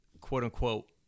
quote-unquote